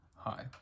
Hi